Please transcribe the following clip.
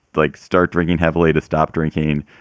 like, start drinking heavily, to stop drinking,